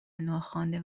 ناخوانده